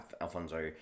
Alfonso